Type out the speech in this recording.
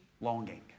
longing